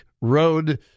road